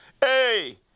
Hey